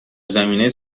زمینه